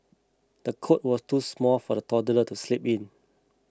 the cot was too small for the toddler to sleep in